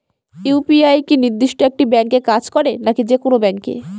UPI কি নির্দিষ্ট একটি ব্যাংকে কাজ করে নাকি যে কোনো ব্যাংকে?